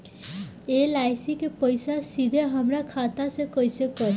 LIC के पईसा सीधे हमरा खाता से कइसे कटी?